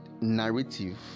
narrative